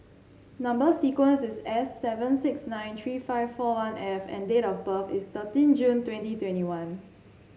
number sequence is S seven six nine three five four one F and date of birth is thirteen June twenty twenty one